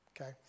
Okay